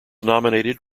nominated